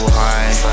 high